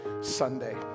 Sunday